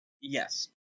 Yes